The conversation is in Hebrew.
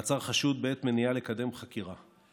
(מעצר חשוד בעת מניעה לקדם חקירה).